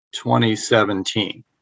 2017